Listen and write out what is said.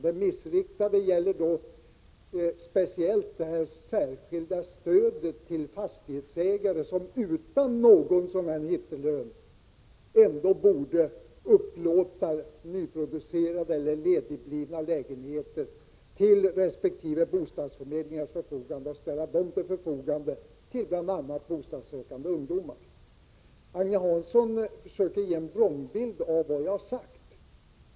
Det missriktade är speciellt det särskilda stödet till fastighetsägare, som utan någon ”hittelön” borde ställa nyproducerade eller ledigblivna lägenheter till resp. bostadsförmedlings förfogande så att de kan upplåtas till bl.a. bostadssökande ungdomar. Agne Hansson försöker ge en vrångbild av vad jag har sagt.